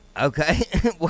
okay